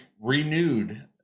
renewed